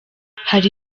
hari